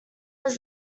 was